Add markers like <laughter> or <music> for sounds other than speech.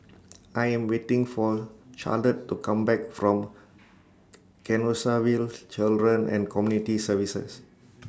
<noise> I Am waiting For Charolette to Come Back from Canossaville Children and Community Services